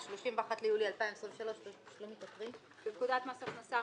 ה-31 ביולי 2023. “בפקודת מס הכנסה‏,